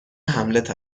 هملت